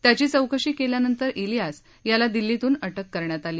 त्याची चौकशी केल्यानंतर इलियास याला दिल्लीतून अटक करण्यात आली